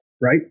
right